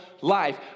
life